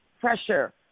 pressure